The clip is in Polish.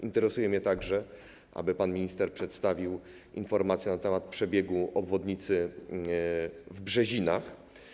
Interesuje mnie także, aby pan minister przedstawił informację na temat przebiegu obwodnicy w Brzezinach.